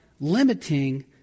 limiting